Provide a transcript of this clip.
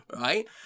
right